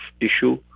issue